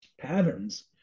patterns